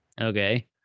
Okay